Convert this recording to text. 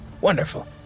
Wonderful